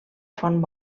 font